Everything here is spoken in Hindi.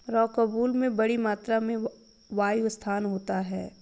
रॉकवूल में बड़ी मात्रा में वायु स्थान होता है